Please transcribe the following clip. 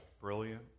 brilliant